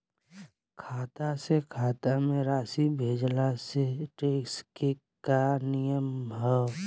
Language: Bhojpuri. खाता से खाता में राशि भेजला से टेक्स के का नियम ह?